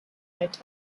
let